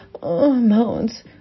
moans